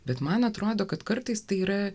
bet man atrodo kad kartais tai yra